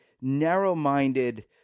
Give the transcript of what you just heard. narrow-minded